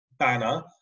banner